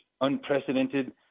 unprecedented